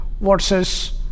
versus